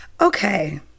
Okay